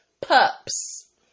Pups